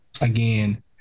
again